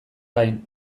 gain